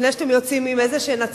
לפני שאתם יוצאים עם הצהרות?